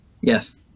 Yes